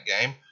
game